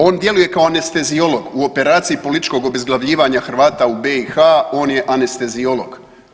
On djeluje kao anesteziolog u operaciji političkog obezglavljivanja Hrvata u BiH, on je anesteziolog.